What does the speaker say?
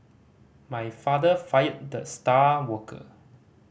my father fired the star worker